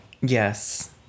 Yes